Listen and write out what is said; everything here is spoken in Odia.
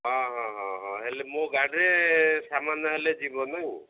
ହଁ ହଁ ହଁ ହଁ ହେଲେ ମୋ ଗାଡ଼ିରେ ସାମାନ ହେଲେ ଯିବ ନାଇଁ